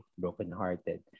broken-hearted